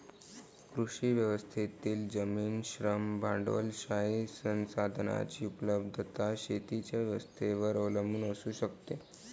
कृषी व्यवस्थेतील जमीन, श्रम, भांडवलशाही संसाधनांची उपलब्धता शेतीच्या व्यवस्थेवर अवलंबून असू शकते